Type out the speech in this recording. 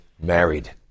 married